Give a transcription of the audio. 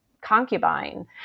concubine